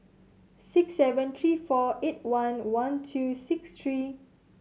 six seven three four eight one one two six three